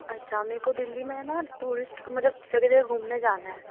اچھا میرے کو دلی میں ہے نا ٹورسٹ مطلب سب جگہ گھومنے جانا ہے